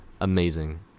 amazing